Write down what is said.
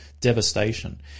devastation